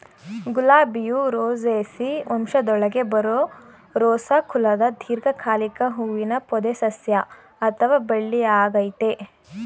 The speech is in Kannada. ಗುಲಾಬಿಯು ರೋಸೇಸಿ ವಂಶದೊಳಗೆ ಬರೋ ರೋಸಾ ಕುಲದ ದೀರ್ಘಕಾಲಿಕ ಹೂವಿನ ಪೊದೆಸಸ್ಯ ಅಥವಾ ಬಳ್ಳಿಯಾಗಯ್ತೆ